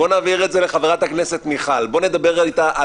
בוא נעביר את זה לחברת הכנסת מיכל,